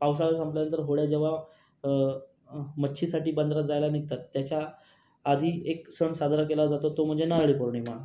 पावसाळा संपल्यानंतर होड्या जेव्हा मच्छीसाठी बंदरात जायला निघतात त्याच्या आधी एक सण साजरा केला जातो तो म्हणजे नारळी पौर्णिमा